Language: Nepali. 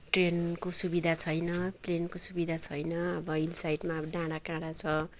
ट्रेनको सुविधा छैन प्लेनको सुविधा छैन अब हिल साइडमा अब डाँडाकाँडा छ